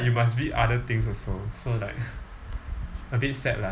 you must read other things also so like a bit sad lah